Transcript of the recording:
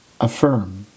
affirm